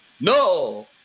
No